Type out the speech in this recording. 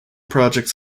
projects